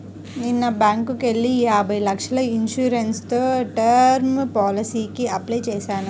నిన్న బ్యేంకుకెళ్ళి యాభై లక్షల ఇన్సూరెన్స్ తో టర్మ్ పాలసీకి అప్లై చేశాను